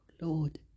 Lord